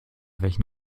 welchen